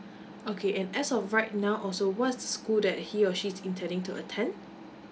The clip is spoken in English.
okay and as of right now also what's the school that he or she is intending to attend